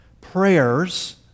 prayers